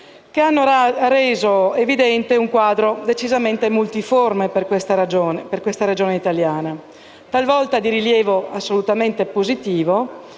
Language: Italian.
hanno reso evidente un quadro decisamente multiforme per questa Regione italiana, talvolta di rilievo assolutamente positivo,